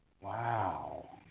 Wow